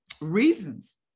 reasons